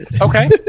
Okay